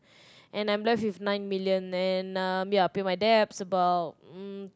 and I'm left with nine million and um ya pay my debts about um